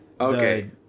Okay